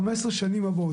חמש עשרה שנים הבאות,